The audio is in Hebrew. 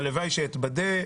הלוואי שאתבדה,